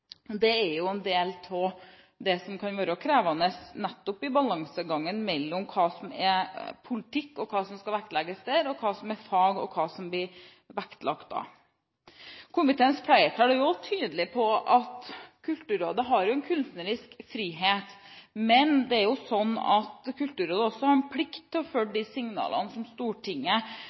Det er en del av det som kan være krevende nettopp i balansegangen mellom hva som er politikk, og hva som skal vektlegges der, og hva som er fag, og hva som blir vektlagt da. Komiteens flertall er tydelig på at Kulturrådet har en kunstnerisk frihet, men det er også slik at Kulturrådet har en plikt til å følge de signalene som Stortinget